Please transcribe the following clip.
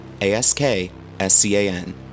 A-S-K-S-C-A-N